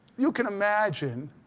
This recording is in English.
you can imagine